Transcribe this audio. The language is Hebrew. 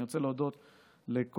אני רוצה להודות לכל,